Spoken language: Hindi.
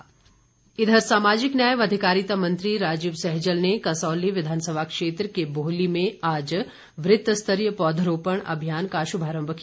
सहजल इधर सामाजिक न्याय व अधिकारिता मंत्री राजीव सहजल ने कसौली विधानसभा क्षेत्र के बोहली में आज वृत्त स्तरीय पौधरोपण अभियान का शुभारम्भ किया